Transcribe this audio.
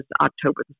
October